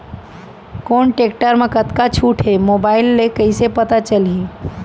कोन टेकटर म कतका छूट हे, मोबाईल ले कइसे पता चलही?